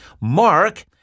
Mark